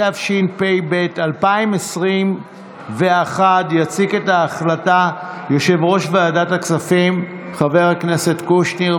התשפ"ב 2021. יציג את ההצעה יושב-ראש ועדת הכספים חבר הכנסת קושניר,